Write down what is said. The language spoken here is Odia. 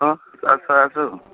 ହଁ ଆସ ଆସ